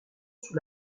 sous